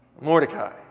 Mordecai